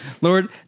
Lord